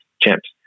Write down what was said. champs